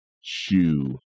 shoe